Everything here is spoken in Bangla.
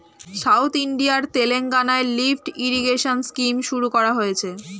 সাউথ ইন্ডিয়ার তেলেঙ্গানায় লিফ্ট ইরিগেশন স্কিম শুরু করা হয়েছে